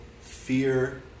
fear